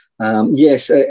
Yes